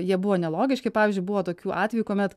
jie buvo nelogiški pavyzdžiui buvo tokių atvejų kuomet